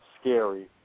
scary